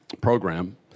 program